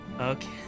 Okay